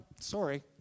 sorry